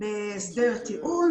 בהסדר טיעון,